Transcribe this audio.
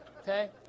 Okay